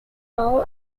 all